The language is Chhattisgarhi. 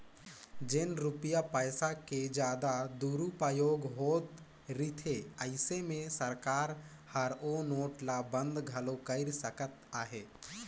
जेन रूपिया पइसा के जादा दुरूपयोग होत रिथे अइसे में सरकार हर ओ नोट ल बंद घलो कइर सकत अहे